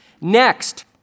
Next